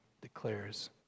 declares